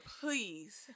please